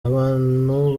abantu